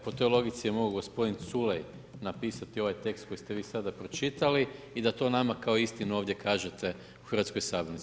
Po toj logici je mogao gospodin Culej napisati ovaj tekst koji ste vi sada pročitali i da to nama kao istinu ovdje kažete u hrvatskoj sabornici.